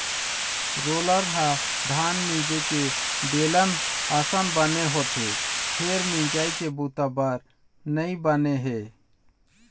roller ह धान मिंजे के बेलन असन बने होथे फेर मिंजई के बूता बर नइ बने हे